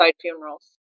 funerals